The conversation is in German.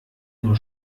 nur